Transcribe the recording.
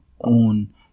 own